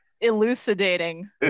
elucidating